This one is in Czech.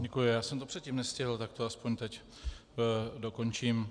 Děkuji, já jsem to předtím nestihl, tak to aspoň teď dokončím.